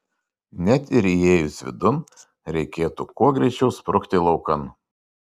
net ir įėjus vidun reikėtų kuo greičiau sprukti laukan